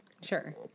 Sure